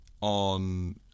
on